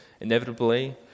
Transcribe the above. Inevitably